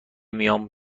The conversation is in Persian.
میام